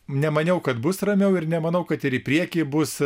nemaniau kad bus ramiau ir nemanau kad ir į priekį bus